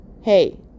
Hey